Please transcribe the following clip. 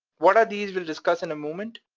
what are these, we'll discuss in a moment.